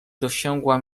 dosięgła